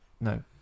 No